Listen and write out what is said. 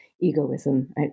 egoism